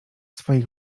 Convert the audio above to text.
swoich